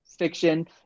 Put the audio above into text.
fiction